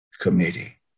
Committee